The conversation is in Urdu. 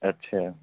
اچھا